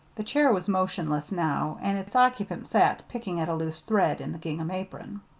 the chair was motionless now, and its occupant sat picking at a loose thread in the gingham apron.